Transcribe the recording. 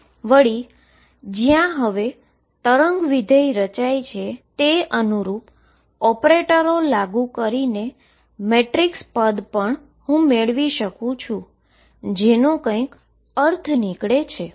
વળી જ્યાં હવે તરંગ વિધેય રચાય છે તે અનુરૂપ ઓપરેટરો લાગુ કરીને મેટ્રિક્સ એલીમેન્ટ મેળવી શકુ છું જેનો કંઈક અર્થ નીકળે છે